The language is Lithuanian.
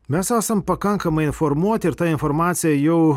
mes esam pakankamai informuoti ir ta informacija jau